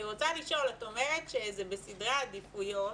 את אומרת שזה בסדרי העדיפויות